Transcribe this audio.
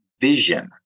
vision